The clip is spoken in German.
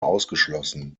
ausgeschlossen